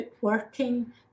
working